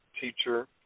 teacher